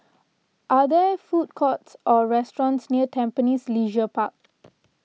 are there food courts or restaurants near Tampines Leisure Park